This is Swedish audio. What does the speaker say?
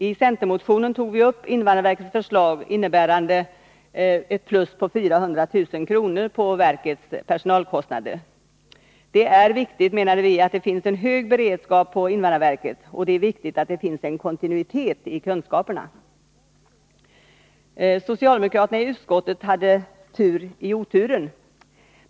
I centermotionen tog vi upp invandrarverkets förslag, innebärande ett plus på 400 000 kr. på verkets personalkostnader. Det är viktigt, anser vi, att det finns en hög beredskap på invandrarverket och att det finns en kontinuitet i kunskaperna. Socialdemokraterna i utskottet hade tur i oturen.